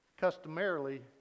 customarily